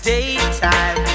Daytime